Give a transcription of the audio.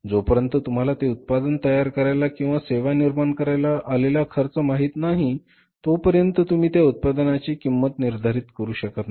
जोपर्यंत तुम्हाला ते उत्पादन तयार करायला किंवा सेवा निर्माण करायला आलेला खर्च माहित नाही तोपर्यंत तुम्ही त्या उत्पादनाची किंमत निर्धारित करू शकत नाही